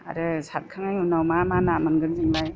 आरो सारखांनायनि उनाव मा मा ना मोनगोन जोंलाय